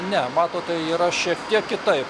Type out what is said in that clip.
ne matote yra šiek tiek kitaip